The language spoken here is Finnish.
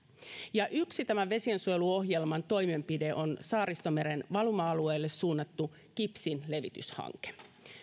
yksi tämän vesiensuojeluohjelman toimenpide on saaristomeren valuma alueelle suunnattu kipsin levityshanke